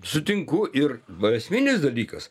sutinku ir va esminis dalykas